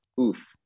oof